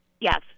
Yes